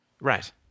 right